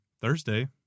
thursday